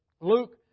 Luke